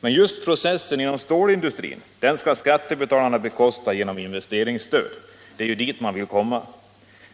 Men just processen inom stålindustrin skall skattebetalarna bekosta genom investeringsstöd — det är ju dit man vill komma.